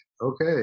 okay